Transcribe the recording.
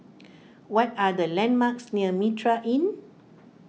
what are the landmarks near Mitraa Inn